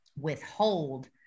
withhold